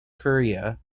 korea